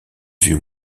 vues